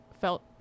felt